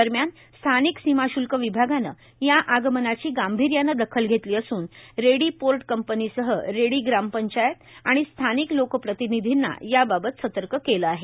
दरम्यान स्थानिक सीमाश्ल्क विभागान या आगमनाची गांभीर्यान दखल घेतली असून रेडी पोर्ट कंपनीसह रेडी ग्रामपंचायत आणि स्थानिक लोकप्रतिनिधींना याबाबत सतर्क केल आहे